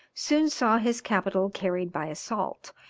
soon saw his capital carried by assault,